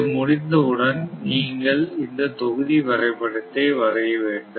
இது முடிந்தவுடன் நீங்கள் இந்த தொகுதி வரைபடத்தை வரைய வேண்டும்